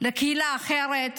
הייתה בת לקהילה אחרת,